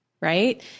right